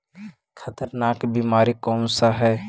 खतरनाक बीमारी कौन सा है?